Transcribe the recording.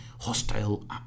hostile